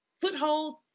foothold